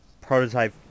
prototype